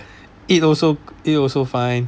eat also eat also fine